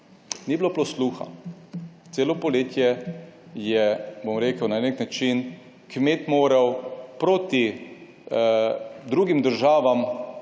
Ni bilo posluha. Celo poletje je na nek način kmet moral proti drugim državam,